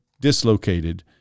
dislocated